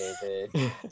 David